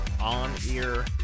on-ear